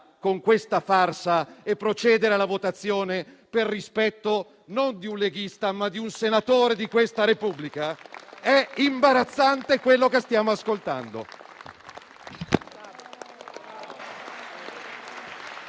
con questa farsa e procedere alla votazione per rispetto non di un leghista ma di un senatore di questa Repubblica? È imbarazzante quello che stiamo ascoltando.